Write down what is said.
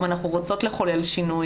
אם אנחנו רוצות לחולל שינוי,